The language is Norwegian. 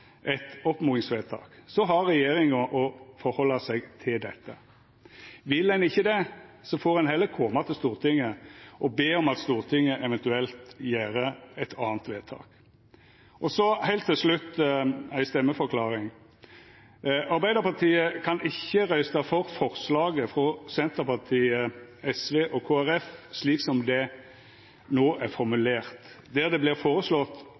eit oppmodingsvedtak, har regjeringa å halda seg til dette. Vil ein ikkje det, får ein heller koma til Stortinget og be om at Stortinget eventuelt gjer eit anna vedtak. Heilt til slutt ei stemmeforklaring: Arbeidarpartiet kan ikkje røysta for forslaget frå Senterpartiet, SV og Kristeleg Folkeparti slik det no er formulert, der det